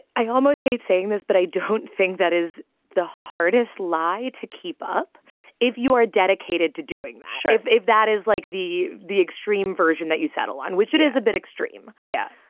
i almost hate saying this, but i don't think that is the hardest lie to keep up if you are dedicated to doing. sheriff, if that is like the the extreme version that you settle on, which it is a bit extreme yeah.